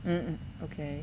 um okay